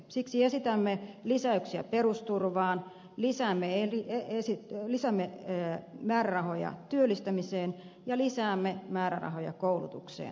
siksi esitämme lisäyksiä perusturvaan lisäämme määrärahoja työllistämiseen ja lisäämme määrärahoja koulutukseen